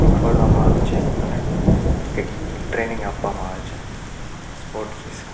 શીખવાડવામાં આવે છે અને એક ટ્રેનિંગ આપવામાં આવે છે સ્પોર્ટ્સ વિશે